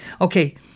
Okay